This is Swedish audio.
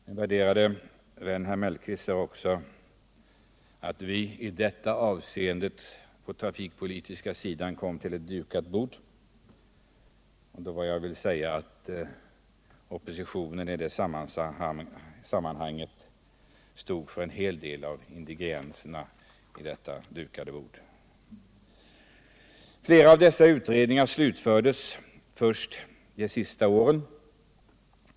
Min värderade vän herr Mellqvist sade också att vi på det trafikpolitiska området kom till ett dukat bord. Jag vill då säga att den tidigare oppositionen stod för en hel del av ingredienserna på detta bord. Flera av utredningarna har slutförts först under senare tid.